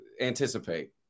anticipate